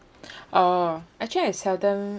oh actually I seldom